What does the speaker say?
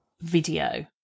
video